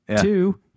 Two